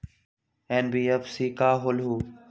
NBFC का होलहु?